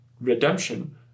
redemption